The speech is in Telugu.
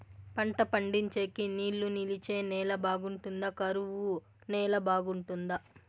పంట పండించేకి నీళ్లు నిలిచే నేల బాగుంటుందా? కరువు నేల బాగుంటుందా?